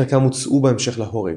חלקם הוצאו בהמשך להורג.